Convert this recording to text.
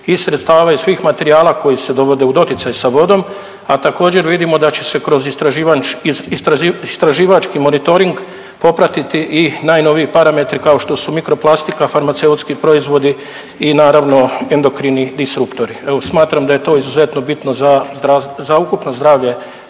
i sredstava i svih materijala koji se dovode u doticaj sa vodom, a također vidimo da će se kroz istraživački monitoring popratiti i najnoviji parametri kao što mikroplastika, farmaceutski proizvodi i naravno endokrini distruktori. Evo smatram da je to izuzetno bitno za ukupno zdravlje